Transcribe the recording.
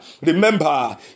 Remember